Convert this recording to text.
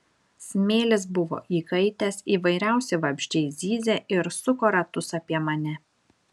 smėlis buvo įkaitęs įvairiausi vabzdžiai zyzė ir suko ratus apie mane